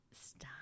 Stop